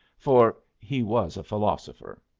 for he was a philosopher.